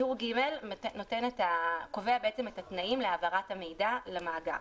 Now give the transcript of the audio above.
טור ג' קובע את התנאים להעברת המידע למאגר.